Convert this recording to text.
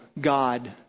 God